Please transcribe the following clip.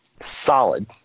Solid